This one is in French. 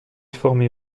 formé